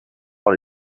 par